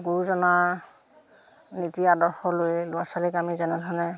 গুৰুজনাৰ নীতি আদৰ্শ লৈ ল'ৰা ছোৱালীক আমি যেনেধৰণে